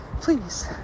Please